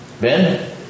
Ben